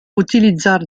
utilitzar